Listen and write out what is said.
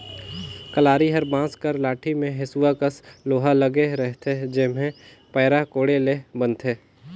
कलारी हर बांस कर लाठी मे हेसुवा कस लोहा लगे रहथे जेम्हे पैरा कोड़े ले बनथे